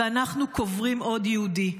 ואנחנו קוברים עוד יהודי.